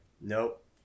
nope